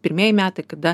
pirmieji metai kada